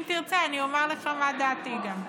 אם תרצה, אני אומר לך מה דעתי גם.